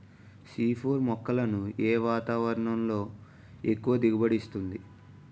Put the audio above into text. C four మొక్కలను ఏ వాతావరణంలో ఎక్కువ దిగుబడి ఇస్తుంది?